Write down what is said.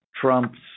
Trump's